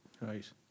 Right